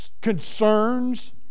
concerns